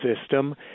system